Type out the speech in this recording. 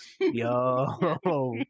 Yo